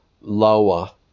lower